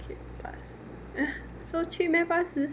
so cheap meh 八十